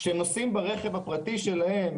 כשנוסעים ברכב הפרטי שלהם,